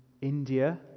India